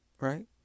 right